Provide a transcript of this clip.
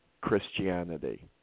Christianity